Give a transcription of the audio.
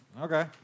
Okay